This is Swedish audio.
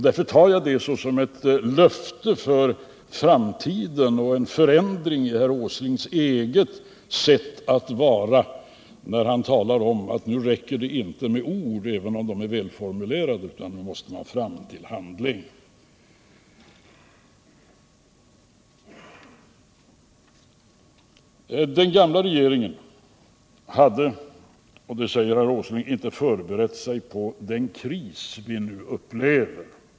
Därför tar jag det som ett löfte inför framtiden och en förändring av herr Åslings eget sätt att vara när han talar om att det nu inte räcker med ord, även om de är väl formulerade. Den gamla regeringen hade, säger herr Åsling, inte förberett sig på den kris vi nu upplever.